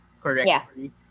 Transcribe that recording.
correctly